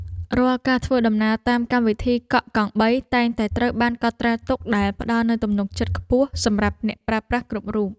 រាល់ការធ្វើដំណើរតាមកម្មវិធីកក់កង់បីតែងតែត្រូវបានកត់ត្រាទុកដែលផ្តល់នូវទំនុកចិត្តខ្ពស់សម្រាប់អ្នកប្រើប្រាស់គ្រប់រូប។